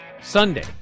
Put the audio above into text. Sunday